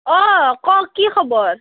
অঁ কওক কি খবৰ